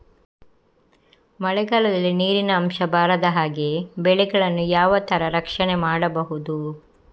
ಮಳೆಗಾಲದಲ್ಲಿ ನೀರಿನ ಅಂಶ ಬಾರದ ಹಾಗೆ ಬೆಳೆಗಳನ್ನು ಯಾವ ತರ ರಕ್ಷಣೆ ಮಾಡ್ಬಹುದು?